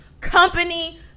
company